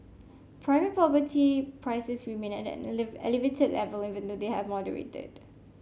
private property prices remained at an elevated level even though they have moderated